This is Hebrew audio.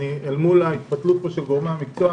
אל מול ההתפתלות פה של גורמי המקצוע